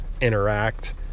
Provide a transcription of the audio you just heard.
interact